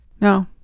No